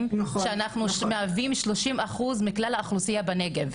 שאנחנו מהווים שלושים אחוז מכלל האוכלוסייה בנגב.